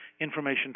information